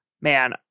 man